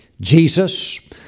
Jesus